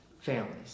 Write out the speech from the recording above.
families